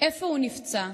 "'איפה הוא נפצע?'